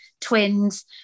twins